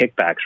kickbacks